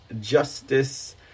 justice